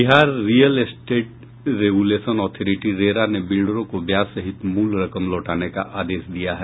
Bihar real estate regulation authority RERA ने बिल्डरों को ब्याज सहित मूल रकम लौटाने का आदेश दिया है